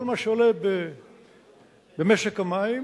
כל מה שעולה במשק המים